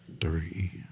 Three